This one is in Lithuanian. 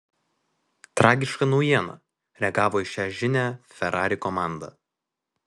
tragiška naujiena reagavo į šią žinią ferrari komanda